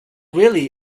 really